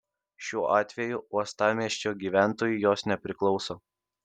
šiuo atveju uostamiesčio gyventojui jos nepriklauso